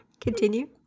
continue